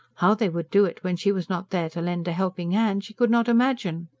how they would do it when she was not there to lend a helping hand, she could not imagine.